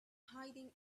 hiding